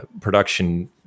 production